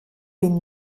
bin